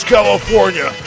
California